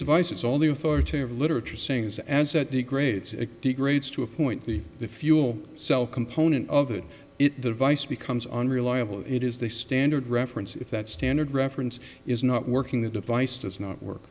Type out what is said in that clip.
authoritative literature seeings as that degrades it degrades to a point that the fuel cell component of it it the device becomes unreliable it is the standard reference if that standard reference is not working the device does not work